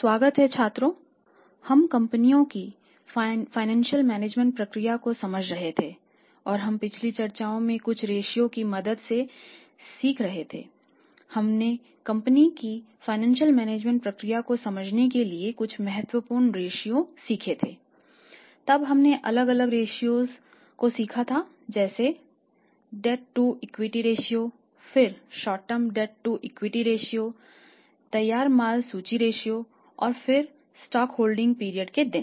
स्वागत है छात्रों हम कंपनियों की फाइनेंसियल मैनेजमेंट तैयार माल सूची अनुपात और फिर स्टॉक होल्डिंग पीरियड के दिन